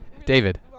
David